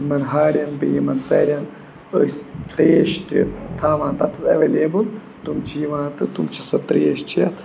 یِمَن ہارٮ۪ن بیٚیہِ یِمَن ژَرٮ۪ن أسۍ تریش تہِ تھاوان تتٮ۪تھ اویلیبٕل تِم چھِ یِوان تہٕ تِم چھِ سۄ تریش چٮ۪تھ